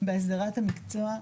בהסדרת המקצוע.